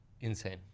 Insane